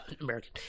American